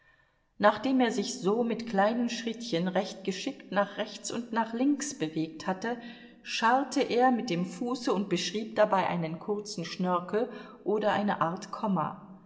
nachdem er sich so mit kleinen schrittchen recht geschickt nach rechts und nach links bewegt hatte scharrte er mit dem fuße und beschrieb dabei einen kurzen schnörkel oder eine art komma